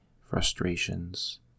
frustrations